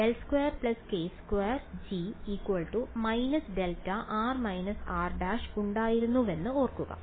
നമുക്ക് ∇2 k2g − δr − r′ ഉണ്ടായിരുന്നുവെന്ന് ഓർക്കുക